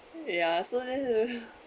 ya so this is